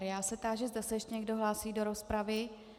Já se táži, zda se ještě někdo hlásí do rozpravy.